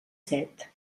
set